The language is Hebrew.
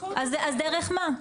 אז דרך מה?